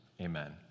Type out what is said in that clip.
amen